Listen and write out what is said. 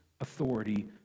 authority